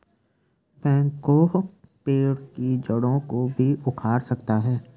backhoe पेड़ की जड़ों को भी उखाड़ सकता है